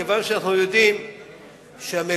כיוון שאנחנו יודעים שהמליאה,